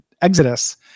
Exodus